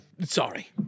sorry